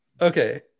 okay